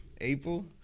April